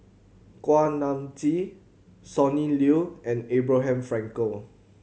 Kuak Nam Jin Sonny Liew and Abraham Frankel